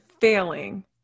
failing